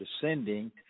descending